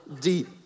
Deep